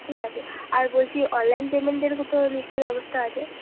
ঠিক আছে আর বলছি অনলাইন পেমেন্টেরও তো নিশ্চয়ই ব্যবস্থা আছে